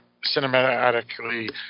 cinematically